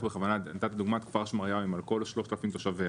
לדוגמה את כפר שמריהו עם כל 3,000 תושביה